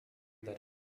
that